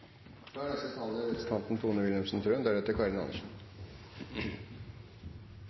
Da er neste taler representanten